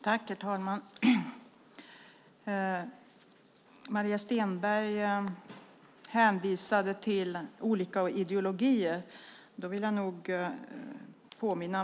Herr talman! Maria Stenberg hänvisade till olika ideologier.